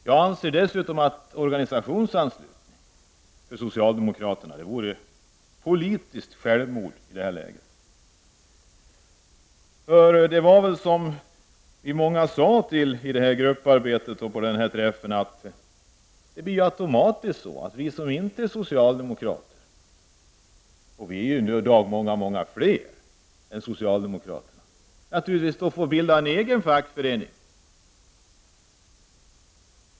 Jag anser dessutom att en organisationsanslutning vore politiskt självmord för socialdemokraterna i detta läge. I nämnda grupparbete sade många att det automatiskt blir så att de som inte är socialdemokrater -- i dag är det många fler än de som är socialdemokrater -- får bilda en egen fackförening.